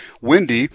windy